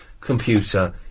computer